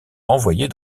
renvoyés